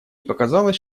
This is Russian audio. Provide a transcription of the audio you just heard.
показалось